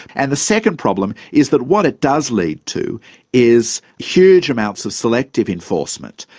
and the second problem is that what it does lead to is huge amounts of selective enforcement,